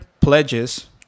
pledges